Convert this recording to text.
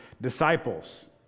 disciples